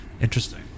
Interesting